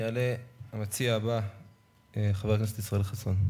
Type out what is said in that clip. יעלה המציע הבא, חבר הכנסת ישראל חסון.